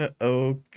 Okay